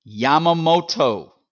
Yamamoto